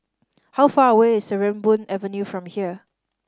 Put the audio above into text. how far away is Sarimbun Avenue from here